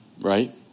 right